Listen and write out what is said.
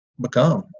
become